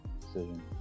decision